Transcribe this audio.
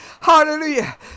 Hallelujah